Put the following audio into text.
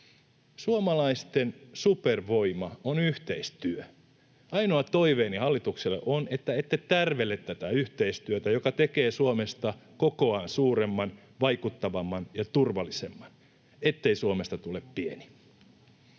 Suomalaisten supervoima on yhteistyö. Ainoa toiveeni hallitukselle on, että ette tärvele tätä yhteistyötä, joka tekee Suomesta kokoaan suuremman, vaikuttavamman ja turvallisemman, ettei Suomesta tule pieni.